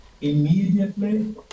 immediately